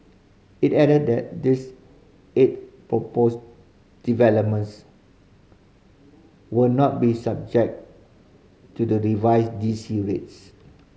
it added that this eight proposed developments will not be subject to the revised D C rates